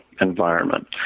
environment